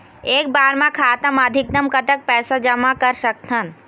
एक बार मा खाता मा अधिकतम कतक पैसा जमा कर सकथन?